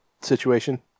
situation